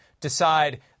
decide